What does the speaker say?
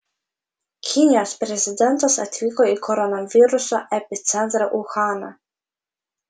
kinijos prezidentas atvyko į koronaviruso epicentrą uhaną